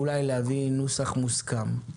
אולי להביא נוסח מוסכם.